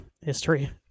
history